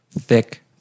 thick